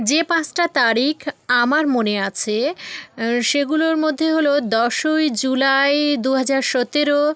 যে পাঁসটা তারিখ আমার মনে আছে সেগুলোর মধ্যে হলো দশই জুলাই দু হাজার সতেরো